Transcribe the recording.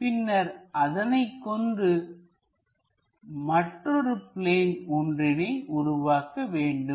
பின்னர் அதனைக் கொண்டு மற்றொரு பிளேன் ஒன்றினை உருவாக்க வேண்டும்